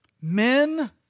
Men